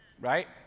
right